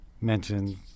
mentioned